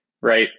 right